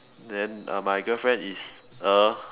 then uh my girlfriend is a